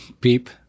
PEEP